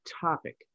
topic